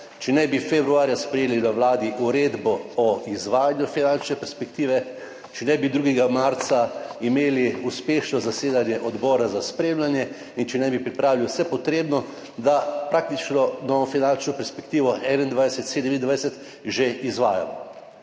če ne bi februarja sprejeli na Vladi uredbe o izvajanju finančne perspektive, če ne bi 2. marca imeli uspešnega zasedanja Odbora za spremljanje in če ne bi pripravili vsega potrebnega, da praktično novo finančno perspektivo 2021–2027 že izvajamo.